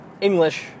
English